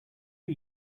are